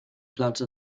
plante